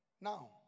Now